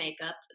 makeup